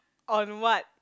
on what